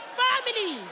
family